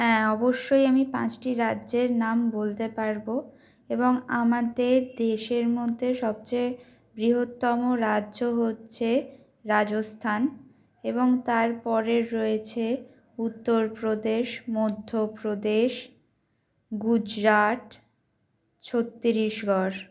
হ্যাঁ অবশ্যই আমি পাঁচটি রাজ্যের নাম বলতে পারবো এবং আমাদের দেশের মধ্যে সবচেয়ে বৃহত্তম রাজ্য হচ্চে রাজস্থান এবং তারপরে রয়েছে উত্তরপ্রদেশ মধ্যপ্রদেশ গুজরাট ছত্তিশগড়